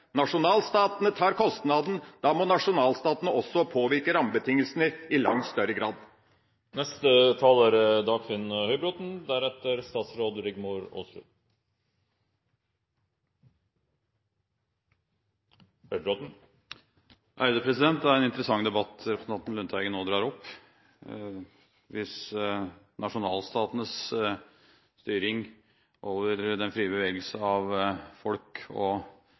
Nasjonalstatene tar kostnaden, da må nasjonalstatene også påvirke rammebetingelsene i langt større grad. Det er en interessant debatt representanten Lundteigen nå drar opp. Hvis nasjonalstatenes styring over den frie bevegelse av folk, tjenester og